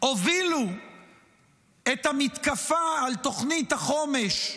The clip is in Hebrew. הובילו את המתקפה על תוכנית החומש,